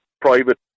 private